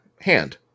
Hand